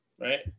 right